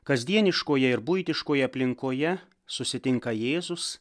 kasdieniškoje ir buitiškoje aplinkoje susitinka jėzus